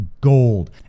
gold